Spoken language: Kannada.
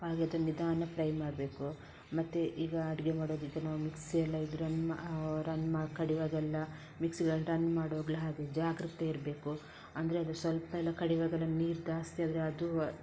ಹಾಗೆ ಅದನ್ನು ನಿಧಾನ ಫ್ರೈ ಮಾಡಬೇಕು ಮತ್ತು ಈಗ ಅಡಿಗೆ ಮಾಡುವಾಗ ಈಗ ನಾವು ಮಿಕ್ಸಿಯೆಲ್ಲ ಇದು ರನ್ ರನ್ ಕಡಿವಾಗೆಲ್ಲ ಮಿಕ್ಸಿಯನ್ನ ರನ್ ಮಾಡೋವಾಗಲೂ ಹಾಗೇ ಜಾಗ್ರತೆ ಇರಬೇಕು ಅಂದರೆ ಅದು ಸ್ವಲ್ಪ ಎಲ್ಲ ಕಡಿವಾಗೆಲ್ಲ ನೀರು ಜಾಸ್ತಿ ಆದರೆ ಅದು